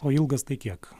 o ilgas tai kiek